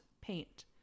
paint